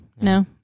No